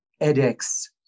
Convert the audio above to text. edX